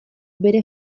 bere